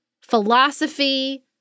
philosophy